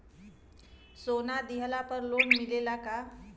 सोना दिहला पर लोन मिलेला का?